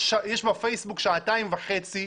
בפייסבוק יש שעתיים וחצי.